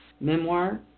memoir